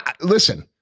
Listen